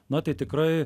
na tai tikrai